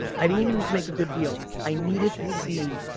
i didn't even need to make a good deal. i needed to see.